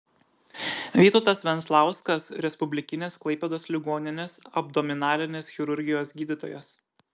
vytautas venclauskas respublikinės klaipėdos ligoninės abdominalinės chirurgijos gydytojas